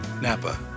Napa